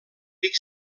pic